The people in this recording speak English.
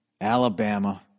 Alabama